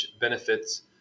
benefits